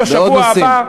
בשבוע הבא,